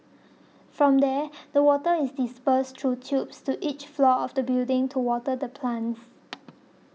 from there the water is dispersed through tubes to each floor of the building to water the plants